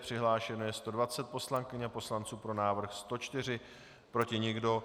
Přihlášeno je 120 poslankyň a poslanců, pro návrh 104, proti nikdo.